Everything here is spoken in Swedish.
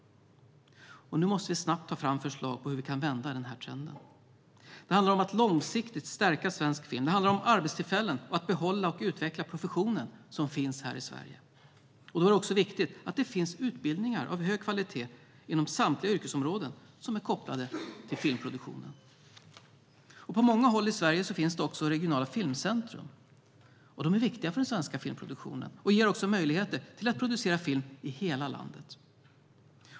Nu måste vi snabbt ta fram förslag på hur vi kan vända den trenden. Det handlar om att långsiktigt stärka svensk film. Det handlar om arbetstillfällen och att behålla och utveckla professionen som finns här i Sverige. Då är det också viktigt att det finns utbildningar av hög kvalitet inom samtliga yrkesområden som är kopplade till filmproduktionen. På många håll i Sverige finns också regionala filmcentrum. De är viktiga för den svenska filmproduktionen och ger också möjligheter till att producera film i hela landet.